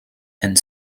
and